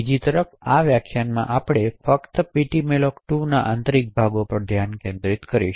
બીજી તરફ આ વ્યાખ્યાનમાં આપણે ફક્ત ptmalloc2 ના આંતરિક ભાગ પર ધ્યાન કેન્દ્રિત કરીશું